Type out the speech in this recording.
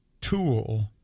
tool